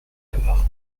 peur